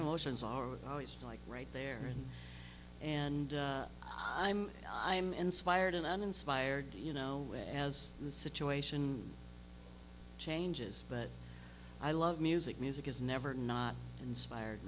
emotions are always like right there and i'm i'm inspired and uninspired you know as the situation changes but i love music music has never not inspired